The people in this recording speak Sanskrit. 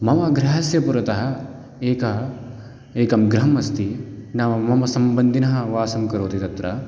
मम गृहस्य पुरतः एकम् एकं गृहम् अस्ति नव मम सम्बन्धिनः वासं करोति तत्र